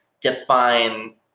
define